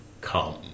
come